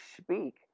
speak